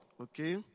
okay